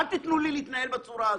אל תיתנו לי להתנהל בצורה הזאת.